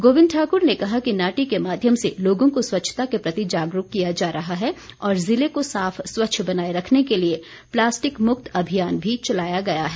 गोविंद ठाक्र ने कहा कि नाटी के माध्यम से लोगों को स्वच्छता के प्रति जागरूक किया जा रहा है और जिले को साफ स्वच्छ बनाए रखने के लिए प्लास्टिक मुक्त अभियान भी चलाया गया है